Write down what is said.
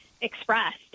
expressed